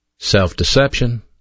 Self-deception